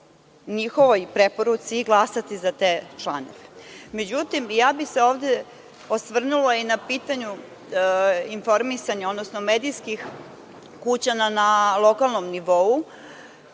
njihovoj preporuci i glasati za te članove.Međutim, ja bih se ovde osvrnula i na pitanje informisanja, odnosno medijskih kuća na lokalnom nivou